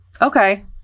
okay